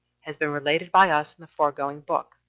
has been related by us in the foregoing book.